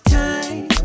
time